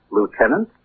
Lieutenant